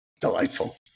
Delightful